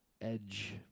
Edge